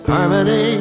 Harmony